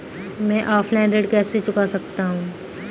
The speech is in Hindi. मैं ऑफलाइन ऋण कैसे चुका सकता हूँ?